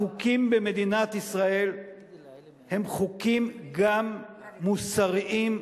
החוקים במדינת ישראל הם חוקים גם מוסריים-הצהרתיים.